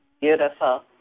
Beautiful